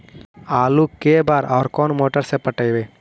आलू के बार और कोन मोटर से पटइबै?